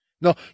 No